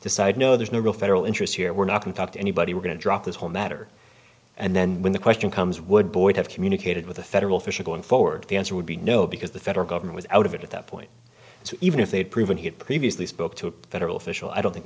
decide no there's no real federal interest here we're not going talk to anybody we're going to drop this whole matter and then when the question comes would boyd have communicated with a federal official going forward the answer would be no because the federal government is out of it at that point even if they had proven he had previously spoke to a federal official i don't think